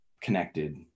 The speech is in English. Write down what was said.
connected